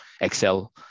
excel